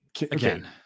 Again